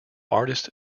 artist